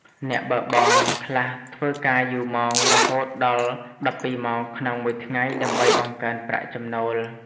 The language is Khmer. អ្នកបើកបរខ្លះធ្វើការយូរម៉ោង រហូតដល់ ១២ ម៉ោងក្នុងមួយថ្ងៃ ដើម្បីបង្កើនប្រាក់ចំណូល។